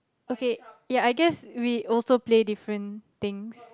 okay ya I guess we also play different things